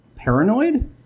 paranoid